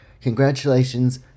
Congratulations